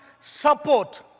support